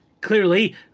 clearly